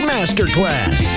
Masterclass